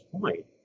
point